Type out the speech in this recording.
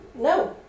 no